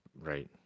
right